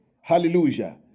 hallelujah